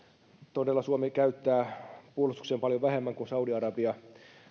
todella suomi käyttää puolustukseen paljon vähemmän kuin saudi arabia noin